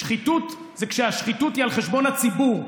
שחיתות זה כשהשחיתות היא על חשבון הציבור.